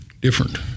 Different